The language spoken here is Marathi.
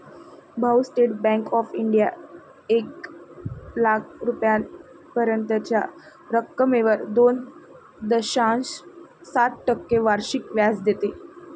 भाऊ, स्टेट बँक ऑफ इंडिया एक लाख रुपयांपर्यंतच्या रकमेवर दोन दशांश सात टक्के वार्षिक व्याज देते